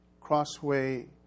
Crossway